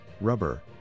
rubber